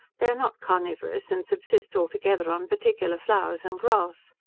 they are not carnivorous, and subsist altogether on particular flowers and grass.